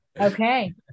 Okay